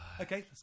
Okay